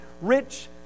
rich